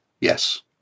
Yes